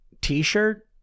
t-shirt